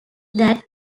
that